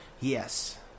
Yes